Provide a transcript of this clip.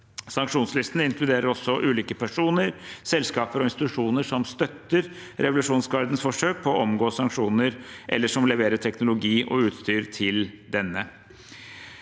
Sanksjonslisten inkluderer også ulike personer, selskaper og institusjoner som støtter revolusjonsgardens forsøk på å omgå sanksjoner, eller som leverer teknologi og utstyr til denne.